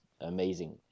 amazing